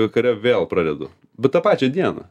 vakare vėl pradedu bet tą pačią dieną